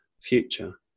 future